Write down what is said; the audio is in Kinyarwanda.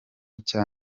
cya